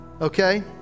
Okay